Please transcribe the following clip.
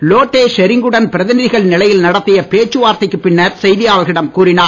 லோட்டே ஷெரிங் குடன் பிரதிநிதிகள் நிலையில் நடத்திய பேச்சுவார்த்தைக்குப் பின்னர் செய்தியாளர்களிடம் கூறினார்